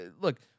look